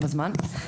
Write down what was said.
בבקשה.